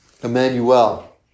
Emmanuel